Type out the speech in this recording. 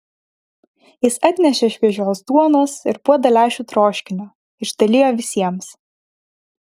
jis atnešė šviežios duonos ir puodą lęšių troškinio išdalijo visiems